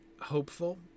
hopeful